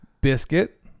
Biscuit